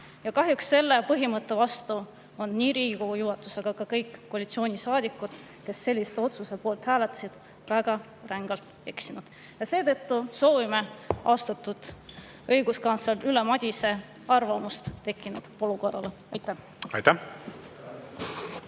Kahjuks selle põhimõtte vastu on nii Riigikogu juhatus kui ka kõik koalitsioonisaadikud, kes sellise otsuse poolt hääletasid, väga rängalt eksinud. Seetõttu soovime austatud õiguskantsler Ülle Madise arvamust tekkinud olukorra kohta. Aitäh!